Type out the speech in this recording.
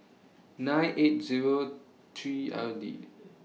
nine eight Zero three L D